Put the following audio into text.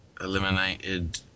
eliminated